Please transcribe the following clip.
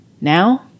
now